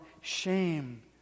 shame